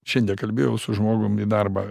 šiandien kalbėjau su žmogum į darbą